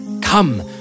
Come